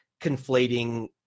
conflating